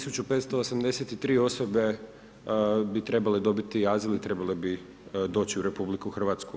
1583 osobe, bi trebale dobiti azil i trebale bi doći u RH.